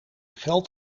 geld